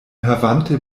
havante